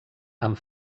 amb